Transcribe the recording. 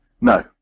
No